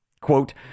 Quote